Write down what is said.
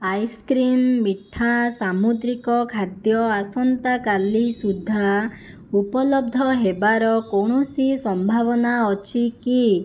ice cream ମିଠା ସାମୁଦ୍ରିକ ଖାଦ୍ୟ ଆସନ୍ତା କାଲି ସୁଦ୍ଧା ଉପଲବ୍ଧ ହେବାର କୌଣସି ସମ୍ଭାବନା ଅଛି କି